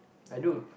I do